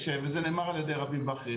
וזה נאמר על ידי רבים ואחרים,